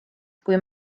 kui